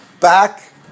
back